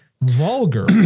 vulgar